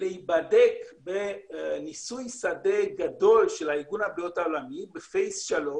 להיבדק בניסוי שדה גדול של ארגון הבריאות העולמי בשלב 3,